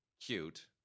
cute